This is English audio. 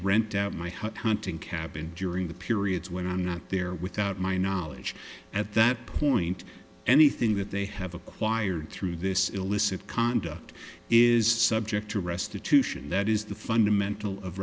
rent out my hunting cabin during the periods when i'm not there without my knowledge at that point anything that they have acquired through this illicit conduct is subject to restitution that is the fundamental of